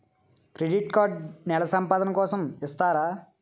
Credit card నెల సంపాదన కోసం ఇస్తారా?